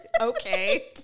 Okay